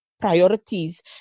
priorities